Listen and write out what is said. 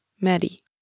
Maddie